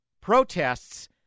protests